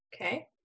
Okay